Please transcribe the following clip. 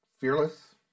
Fearless